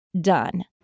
done